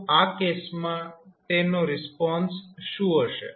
તો આ કેસમાં તેનો રિસ્પોન્સ શું હશે